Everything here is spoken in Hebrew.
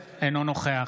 אינו נוכח